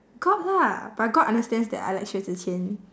god lah but god understands that I like xue zhi qian